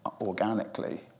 organically